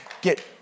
get